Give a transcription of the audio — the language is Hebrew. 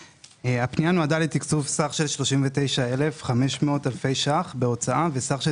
הפנייה נועדה לתקצוב סך של 39,500 אלפי ₪ בהוצאה וסך של